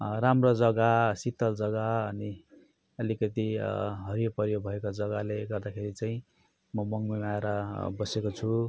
राम्रो जग्गा शीतल जग्गा अनि अलिकति हरियोपरियो भएको जग्गाले गर्दाखेरि चाहिँ म मङमाया आएर बसेको छु